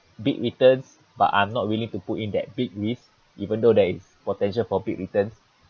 big returns but I'm not willing to put in that big risk even though there is potential profit returns